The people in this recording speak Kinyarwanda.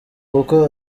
kuko